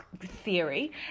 theory